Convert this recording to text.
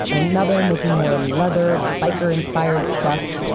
and another making more leather, biker-inspired stuff.